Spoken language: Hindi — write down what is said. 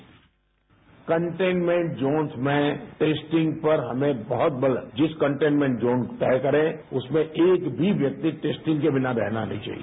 बाईट पीएम कंटेनमेंट जोन्स में टेस्टिंग पर हमें बहुत बल है जिस कंटेनमेंट जोन तय करे उसमें एक भी व्यक्ति टेस्टिंग के बिना रहना नहीं चाहिए